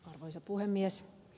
arvoisa puhemies